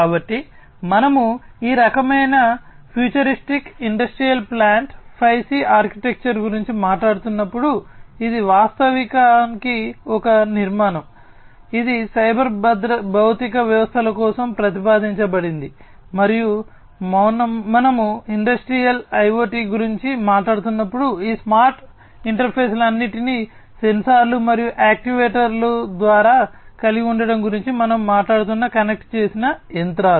కాబట్టి మనము ఈ రకమైన ఫ్యూచరిస్టిక్ ఇండస్ట్రియల్ ప్లాంట్ గురించి మాట్లాడుతున్నప్పుడు ఈ స్మార్ట్ ఇంటర్ఫేస్లన్నింటినీ సెన్సార్లు మరియు యాక్యుయేటర్ల ద్వారా కలిగి ఉండటం గురించి మనం మాట్లాడుతున్న కనెక్ట్ చేసిన యంత్రాలు